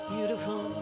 Beautiful